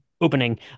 Opening